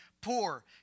poor